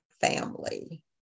family